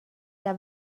der